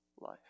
life